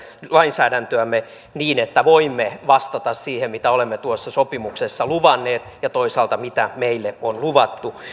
lainsäädäntöämme niin että voimme vastata siihen mitä olemme tuossa sopimuksessa luvanneet ja toisaalta siihen mitä meille on luvattu